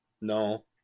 no